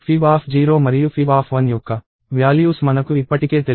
fib0 మరియు fib1 యొక్క values మనకు ఇప్పటికే తెలుసు